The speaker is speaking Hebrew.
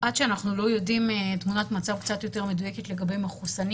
עד שאנחנו לא יודעים תמונת מצב קצת יותר מדויקת לגבי מחוסנים